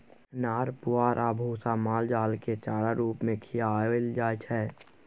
नार पुआर आ भुस्सा माल जालकेँ चारा रुप मे खुआएल जाइ छै